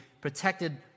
protected